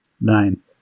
nine